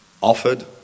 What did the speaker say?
offered